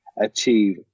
achieve